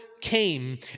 came